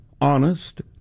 honest